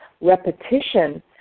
repetition